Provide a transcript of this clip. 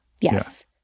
Yes